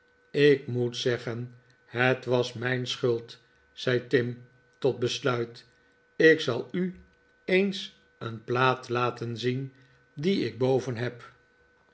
ik moet zeggen het was mijn schuld zei tim tot besluit ik zal u eens een plaat laten zien die ik boven heb